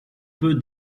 peu